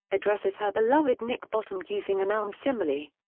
addresses her beloved nick bottom using an elm-simile.